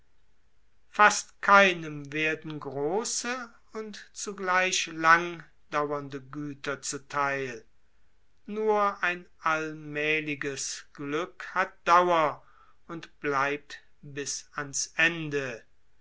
fast keinem werden große und lang dauernde güter zu theil nur ein allmähliges glück hat dauer und bleibt bis an's ende